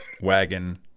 wagon